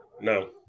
No